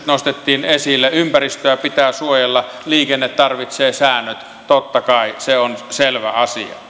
nostettiin esille ympäristöä pitää suojella liikenne tarvitsee säännöt totta kai se on selvä asia